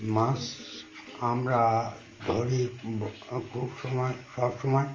মাছ আমরা ধরি খুব সময় সবসময়